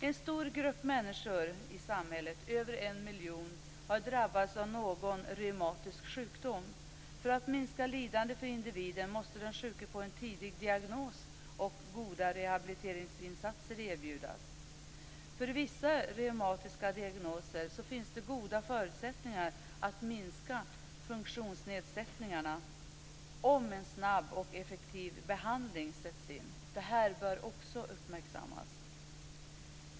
En stor grupp människor i samhället, över en miljon, har drabbats av någon reumatisk sjukdom. För att minska lidandet för individen måste den sjuke få en tidig diagnos och goda rehabiliteringsinsatser måste erbjudas. För vissa reumatiska diagnoser finns det goda förutsättningar att minska funktionsnedsättningarna om en snabb och effektiv behandling sätts in. Det här bör också uppmärksammas.